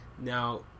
now